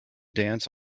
dance